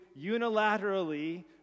unilaterally